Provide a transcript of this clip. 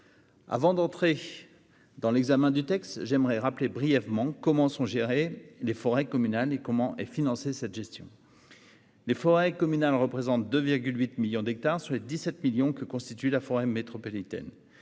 Avant d'entrer dans l'examen du texte, j'aimerais rappeler brièvement comment sont gérées les forêts communales et comment est financée cette gestion. Les forêts communales représentent 2,8 millions d'hectares sur les 17 millions que constitue la forêt métropolitaine